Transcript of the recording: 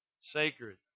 sacred